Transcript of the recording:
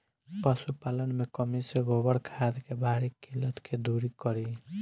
पशुपालन मे कमी से गोबर खाद के भारी किल्लत के दुरी करी?